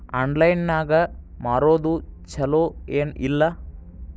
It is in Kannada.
ಆನ್ಲೈನ್ ನಾಗ್ ಮಾರೋದು ಛಲೋ ಏನ್ ಇಲ್ಲ?